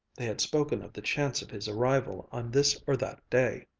they had spoken of the chance of his arrival on this or that day.